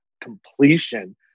completion